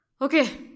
Okay